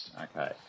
Okay